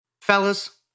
Fellas